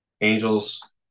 Angels